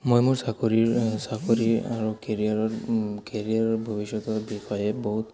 মই মোৰ চাকৰিৰ চাকৰি আৰু কেৰিয়াৰৰ কেৰিয়াৰৰ ভৱিষ্যতৰ বিষয়ে বহুত